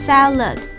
Salad